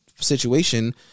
situation